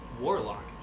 Warlock